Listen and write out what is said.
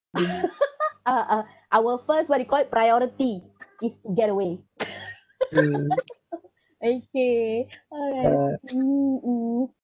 uh uh our first what do you call it priority is to get away okay alright mmhmm mm